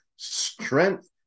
strength